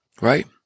Right